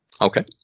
Okay